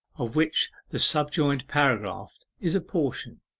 of which the subjoined paragraph is a portion